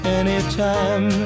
anytime